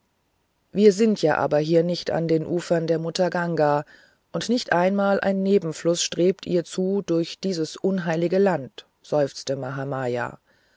wir sind ja aber hier nicht an den ufern der mutter ganga und nicht einmal ein nebenfluß strebt ihr zu durch dies unheilige land seufzte mahamaya